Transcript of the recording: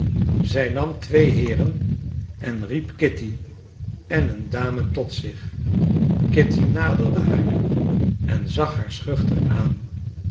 zij nam twee heeren en riep kitty en een dame tot zich kitty naderde haar en zag haar schuchter aan